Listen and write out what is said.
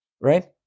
right